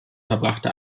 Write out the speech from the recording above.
verbrachte